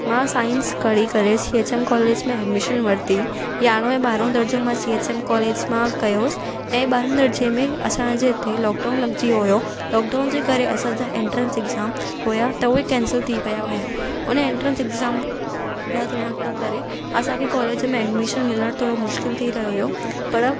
मां साइंस खणी करे सी एच एम कॉलेज में एड्मिशन वरती यारहों ऐं ॿारहों दर्ज़ो मां सी एच एम कॉलेज मां कयोसि ऐं ॿारहें दर्ज़े में असांजे हिते लॉकडाउन लॻजी वियो हुओ लॉकडाउन जे करे असांजा एंट्रेंस एक्ज़ाम हुआ त उहे केंसिल थी पिया हुआ उन एंट्रेंस एक्ज़ाम न थियण जे करे असांखे कॉलेज में एडमिशन मिलण थोरो मुश्किल थी रहियो हुओ पर